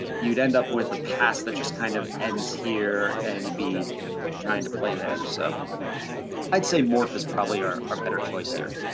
you'd end up with a pass that just kind of ends here and you'd be trying to play there. so i'd say morph is probably our our better choice here.